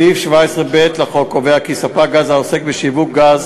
סעיף 17ב לחוק קובע כי ספק גז העוסק בשיווק גז